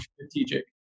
strategic